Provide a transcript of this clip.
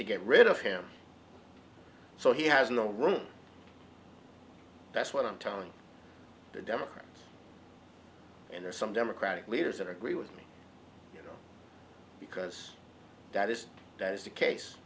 to get rid of him so he has no that's what i'm telling the democrats and there's some democratic leaders agree with me because that is that is the case